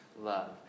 Love